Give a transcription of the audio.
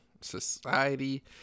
Society